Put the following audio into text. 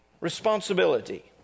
responsibility